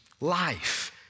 life